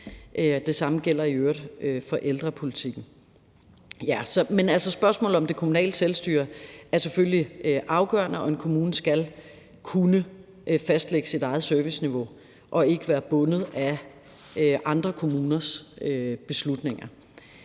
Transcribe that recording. Det samme gælder i øvrigt for ældrepolitikken. Men spørgsmålet om det kommunale selvstyre er selvfølgelig afgørende, og en kommune skal kunne fastlægge sit eget serviceniveau og ikke være bundet af andre kommuners beslutninger.